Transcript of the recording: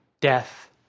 death